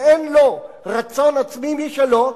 ואין לו רצון עצמי משלו,